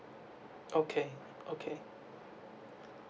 okay okay